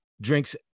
drinks